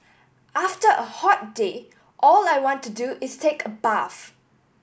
after a hot day all I want to do is take a bath